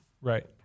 Right